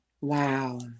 wow